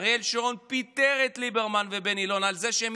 אריאל שרון פיטר את ליברמן ובני אלון על זה שהם